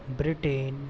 Britain